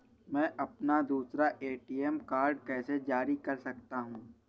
मैं अपना दूसरा ए.टी.एम कार्ड कैसे जारी कर सकता हूँ?